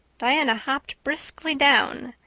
diana hopped briskly down,